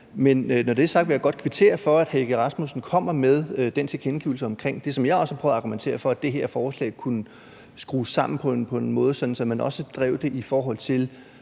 Men når det er sagt, vil jeg godt kvittere for, at hr. Søren Egge Rasmussen kommer med den tilkendegivelse omkring det, som jeg også har prøvet at argumentere for, nemlig at det her forslag kunne skrues sammen på en måde, sådan at man også drev det, i forhold til